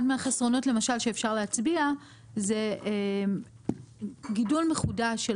אחד מהחסרונות למשל שאפשר להצביע זה גידול מחודש של